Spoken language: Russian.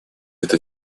эта